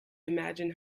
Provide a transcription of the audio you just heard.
imagined